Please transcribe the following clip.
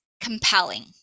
compelling